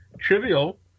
trivial